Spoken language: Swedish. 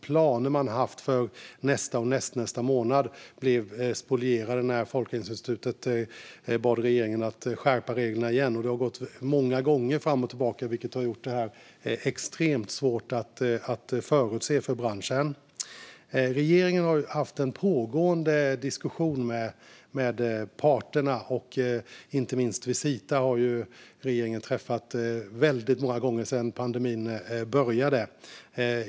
Planer man har haft för nästa och nästnästa månad har spolierats när Folkhälsomyndigheten har bett regeringen att skärpa reglerna igen. Det har också gått fram och tillbaka många gånger, vilket har gjort det extremt svårt för branschen att förutse. Regeringen har haft en pågående diskussion med parterna. Inte minst Visita har regeringen träffat många gånger sedan pandemin började.